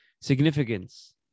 significance